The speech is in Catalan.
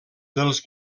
dels